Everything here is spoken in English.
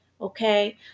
Okay